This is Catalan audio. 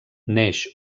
neix